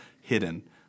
hidden